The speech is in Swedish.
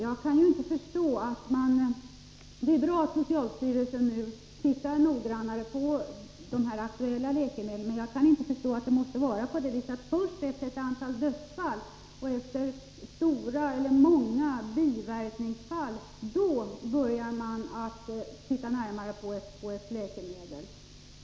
Herr talman! Det är bra att socialstyrelsen nu tittar mera noggrant på de här aktuella läkemedlen, men jag kan inte förstå att det skall behöva vara på det viset att man först efter ett antal dödsfall och efter många fall av allvarliga biverkningar börjar titta närmare på ett läkemedel.